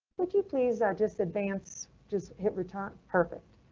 would you please ah just advance just hit return perfect?